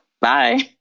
Bye